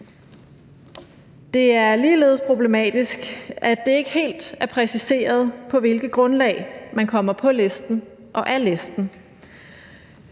Det er ligeledes problematisk, at det ikke helt er præciseret, på hvilket grundlag man kommer på listen og af listen.